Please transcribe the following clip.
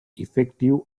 effective